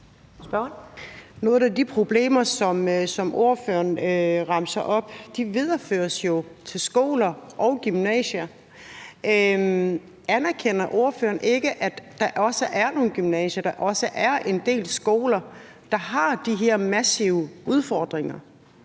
Nogle af de problemer, som ordføreren remser op, videreføres jo til skoler og gymnasier. Anerkender ordføreren ikke, at der også er nogle gymnasier, og at der også er en del skoler, der har de her massive udfordringer,